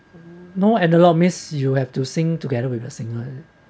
no analog means you have to sing together with a singer